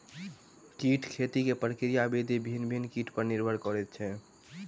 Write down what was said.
कीट खेती के प्रक्रिया विधि भिन्न भिन्न कीट पर निर्भर करैत छै